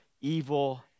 evil